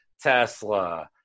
Tesla